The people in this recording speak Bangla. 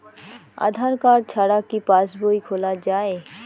আধার কার্ড ছাড়া কি পাসবই খোলা যায়?